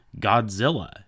Godzilla